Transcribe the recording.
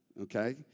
okay